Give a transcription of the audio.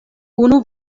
unu